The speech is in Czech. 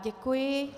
Děkuji.